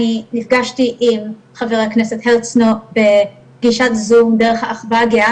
אני נפגשתי עם חבר הכנסת הרצנו בפגישת zoom דרך האחווה הגאה